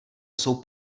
jsou